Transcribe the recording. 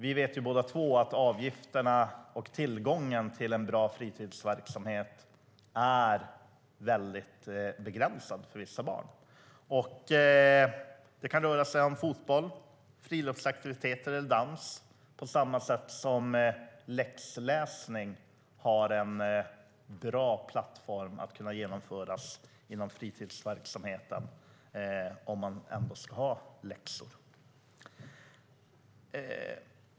Vi vet båda två att avgifterna spelar in och att tillgången till en bra fritidsverksamhet är väldigt begränsad för vissa barn. Det kan röra sig om fotboll, friluftsaktiviteter eller dans, på samma sätt som läxläsning har en bra plattform att kunna genomföras inom fritidsverksamheten, om man ändå ska ha läxor.